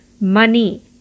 money